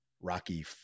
Rocky